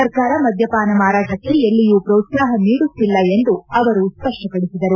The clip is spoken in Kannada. ಸರ್ಕಾರ ಮದ್ಯಪಾನ ಮಾರಾಟಕ್ಕೆ ಎಲ್ಲಿಯೂ ಪೋತ್ಸಾಪ ನೀಡುತ್ತಿಲ್ಲ ಎಂದು ಅವರು ಸ್ಪಷ್ಪಪಡಿಸಿದರು